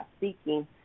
seeking